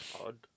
Odd